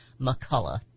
McCullough